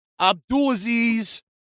Abdulaziz